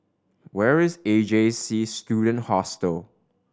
where is A J C Student Hostel